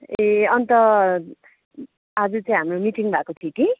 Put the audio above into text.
ए अन्त आज चाहिँ हाम्रो मिटिङ भएको थियो कि